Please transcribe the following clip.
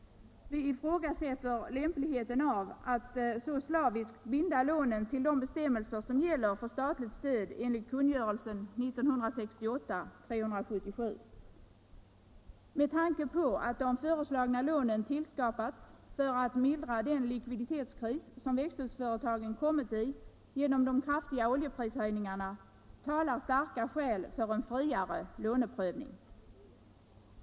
Vi ifrågasätter lämpligheten av att slaviskt binda lånen till de bestämmelser som gäller för statligt stöd enligt kungörelsen 1968:377. Med tanke på att de föreslagna lånen tillskapats för att mildra den likviditetskris som växthusföretagen kommit i genom de kraftiga oljeprishöjningarna, talar starka skäl för en friare låneprövning.